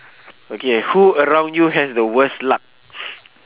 okay who around you has the worst luck